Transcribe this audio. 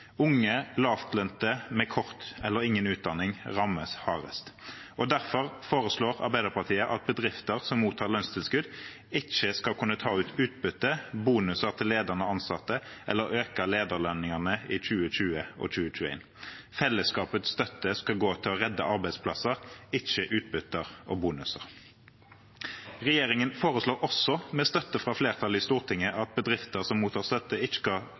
Unge, lavtlønte med kort eller ingen utdanning rammes hardest. Derfor foreslår Arbeiderpartiet at bedrifter som mottar lønnstilskudd, ikke skal kunne ta ut utbytte, bonuser til ledende ansatte eller øke lederlønningene i 2020 og 2021. Fellesskapets støtte skal gå til å redde arbeidsplasser, ikke utbytter og bonuser. Regjeringen foreslår også, med støtte fra flertallet i Stortinget, at bedrifter som mottar støtte, ikke skal